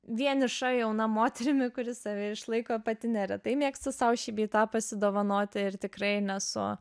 vieniša jauna moterimi kuri save išlaiko pati neretai mėgstu sau šį bei tą pasidovanoti ir tikrai nesu